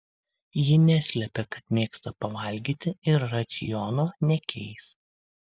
ji neslepia kad mėgsta pavalgyti ir raciono nekeis